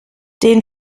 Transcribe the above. den